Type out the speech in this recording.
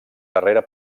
darrera